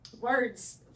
words